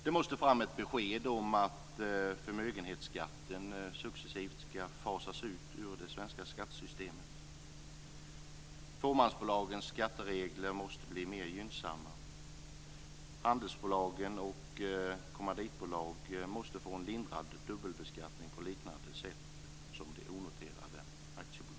Det måste fram ett besked om att förmögenhetsskatten successivt skall fasas ut ur det svenska skattesystemet. Fåmansbolagens skatteregler måste bli mer gynnsamma. Handelsbolag och kommanditbolag måste få en lindrad dubbelbeskattning på liknande sätt som de onoterade aktiebolagen.